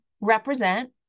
represent